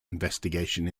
investigation